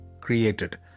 created